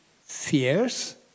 fears